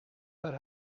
per